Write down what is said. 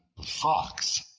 the fox,